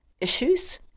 issues